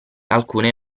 alcune